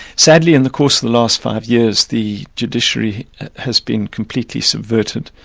sadly, in the course of the last five years, the judiciary has been completely subverted.